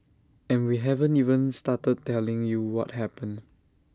and we haven't even started telling you what happened